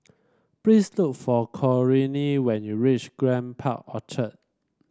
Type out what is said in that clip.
please look for Corinne when you reach Grand Park Orchard